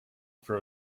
for